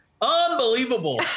Unbelievable